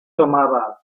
tomaba